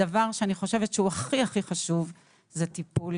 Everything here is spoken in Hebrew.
הדבר שאני חושבת שהוא הכי הכי חשוב זה טיפול,